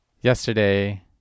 yesterday